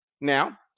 Now